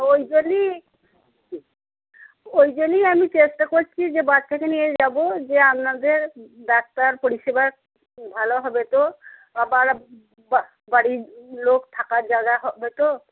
ওই জন্যই ওই জন্যই আমি চেষ্টা করছি যে বাচ্চাকে নিয়ে যাবো যে আপনাদের ডাক্তার পরিষেবার ভালো হবে তো আবার বা বাড়ির লোক থাকার জায়গা হবে তো